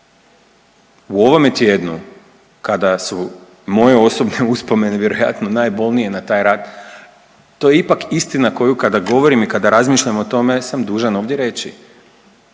U ovome tjednu kada su moje osobne uspomene vjerojatno najbolnije na taj rat, to je ipak istina koju kada govorim i kada razmišljam o tome sam dužan ovdje reći,